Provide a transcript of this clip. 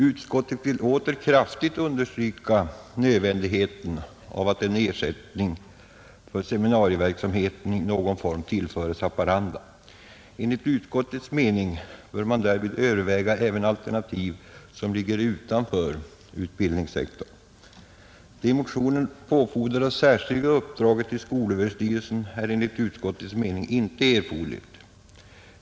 Utskottet vill åter kraftigt understryka önskvärdheten av att ersättning för seminarieverksamheten i någon form tillföres Haparanda. Enligt utskottets mening bör man därvid överväga även alternativ som ligger utanför utbildningssektorn. Det i motionen påfordrade särskilda uppdraget till skolöverstyrelsen är enligt utskottets mening inte erforderligt.